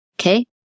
Okay